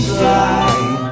fly